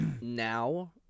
now